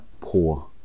poor